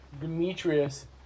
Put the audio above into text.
Demetrius